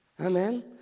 Amen